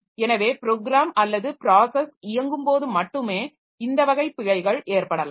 எனவே ப்ரோகிராம் அல்லது ப்ராஸஸ் இயங்கும் போது மட்டுமே இந்த வகை பிழைகள் ஏற்படலாம்